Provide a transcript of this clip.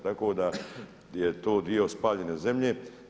Tako da je to dio spaljene zemlje.